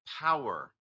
power